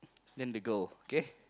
then the girl okay